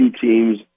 teams